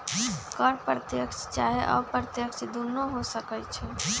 कर प्रत्यक्ष चाहे अप्रत्यक्ष दुन्नो हो सकइ छइ